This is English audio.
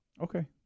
Okay